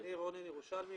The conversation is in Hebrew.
אני רונן ירושלמי,